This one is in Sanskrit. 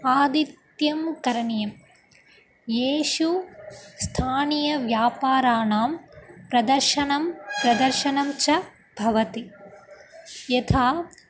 आदित्यं करणीयं येषु स्थानीयव्यापाराणां प्रदर्शनं प्रदर्शनं च भवति यथा